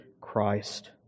Christ